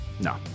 No